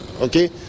Okay